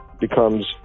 becomes